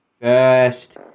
first